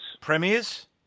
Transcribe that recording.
Premiers